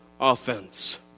offense